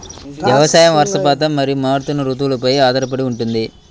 వ్యవసాయం వర్షపాతం మరియు మారుతున్న రుతువులపై ఆధారపడి ఉంటుంది